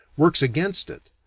works against it,